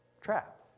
trap